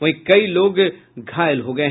वहीं कई लोग घायल हो गये